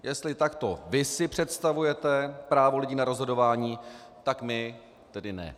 Jestli takto vy si představujete právo lidí na rozhodování, tak my tedy ne.